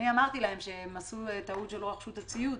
אמרתי להם שהם עשו טעות שלא רכשו את הציוד,